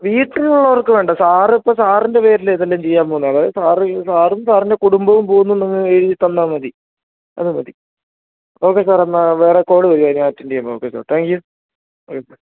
വീട്ടിലുള്ളവർക്ക് വേണ്ട സാറ്പ്പം സാറ്ന്റെ പേരിൽ ഇതെല്ലാം ചെയ്യാൻ പോകുന്നത് അതായത് സാറ് സാറും സാറിന്റെ കുടുംബവും പോകുന്നുണ്ടെന്ന് എഴുതി തന്നാൽ മതി അത് മതി ഓക്കേ സാറെന്നാ വേറെ കോള് വരുവാണ് ഞാൻ അറ്റൻഡ് ചെയ്യാൻ പോകാണ് ഓക്കേ സാർ താങ്ക് യൂ